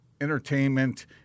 entertainment